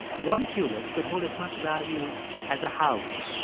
one tulip could hold as much value as a house.